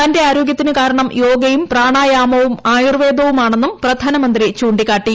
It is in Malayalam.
തന്റെ ആരോഗ്യത്തിന് കാരണം യോഗയും പ്രാണായാമവും ആയുർവേദവുമാണെന്നും പ്രധാനമന്ത്രി ചൂ ിക്കാട്ടി